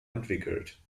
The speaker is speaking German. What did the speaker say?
entwickelt